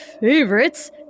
favorites